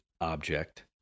object